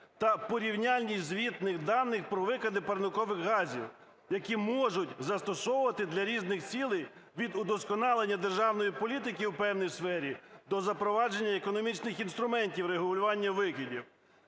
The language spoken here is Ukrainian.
та порівняльність звітних даних про викиди парникових газів, які можуть застосовувати для різних цілей, від удосконалення державної політики у певній сфері до запровадження економічних інструментів регулювання викидів.